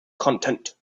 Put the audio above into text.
content